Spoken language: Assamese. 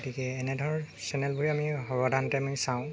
গতিকে এনে ধৰ চেনেলবোৰেই আমি সৰ্বসাধাৰণতে আমি চাওঁ